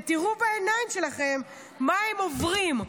ותראו בעיניים שלכם מה הם עוברים.